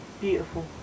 Beautiful